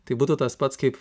tai būtų tas pats kaip